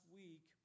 week